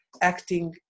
acting